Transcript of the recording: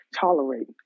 tolerate